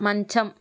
మంచం